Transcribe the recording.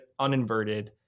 uninverted